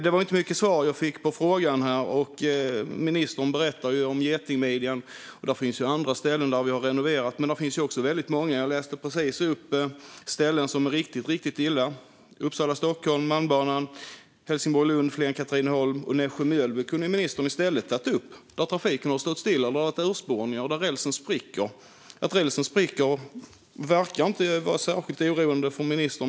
Det var inte mycket svar jag fick på frågan. Ministern berättar om Getingmidjan, och det finns andra ställen där vi har renoverat. Jag läste precis upp ställen där det är riktigt illa. Det är Uppsala-Stockholm, Malmbanan, Helsingborg-Lund, Flen-Katrineholm och Nässjö-Mjölby. Det kunde ministern i stället ha tagit upp. Där har trafiken stått stilla. Det har varit urspårningar, och rälsen spricker. Att rälsen spricker verkar inte vara särskilt oroande för ministern.